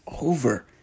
over